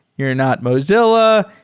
you're not mozi lla.